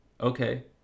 Okay